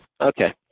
okay